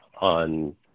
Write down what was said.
on